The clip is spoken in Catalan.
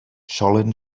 solen